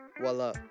Voila